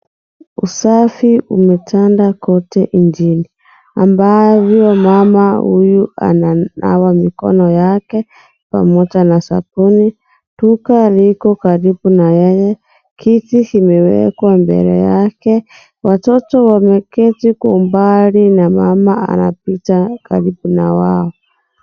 Usafi umetanda kote nchini ambavyo mama huyu ananawa mikono yake pamoja na sabuni. Duka liko karibu na yeye. Kiti kimewekwa mbele yake. Watoto wameketi kwa umbali na mama anapita karibu na wao.